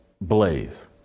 Blaze